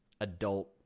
adult